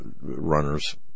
runners